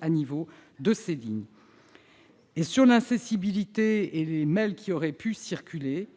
à niveau. J'en viens à l'incessibilité et aux mails qui auraient pu circuler.